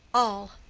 all.